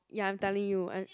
ya I'm telling you uh